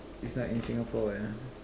is not in Singapore yeah